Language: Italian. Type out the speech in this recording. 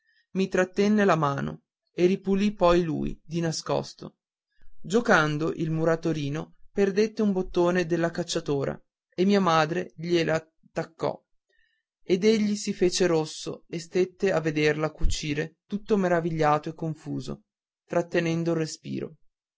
mi trattenne la mano e ripulì poi lui di nascosto giocando il muratorino perdette un bottone della cacciatora e mia madre glie l'attaccò ed egli si fece rosso e stette a vederla cucire tutto meravigliato e confuso trattenendo il respiro